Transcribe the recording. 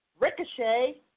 Ricochet